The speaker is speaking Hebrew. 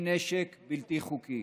בלתי חוקי.